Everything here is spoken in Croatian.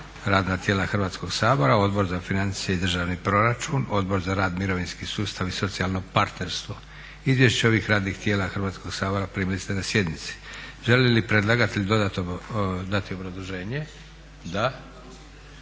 radna tijela Hrvatskog sabora, Odbor za financije i državni proračun, Odbor za rad, mirovinski sustav i socijalno partnerstvo. Izvješća ovih radnih tijela Hrvatskog sabora primili ste na sjednici. Želi li predlagatelj dodatno dati obrazloženje? Da.